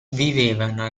vivevano